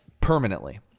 Permanently